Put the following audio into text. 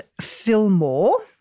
Fillmore